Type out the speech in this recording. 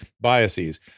biases